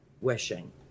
wishing